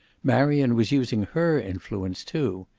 marion was using her influence, too!